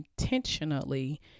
intentionally